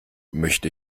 möchte